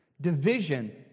division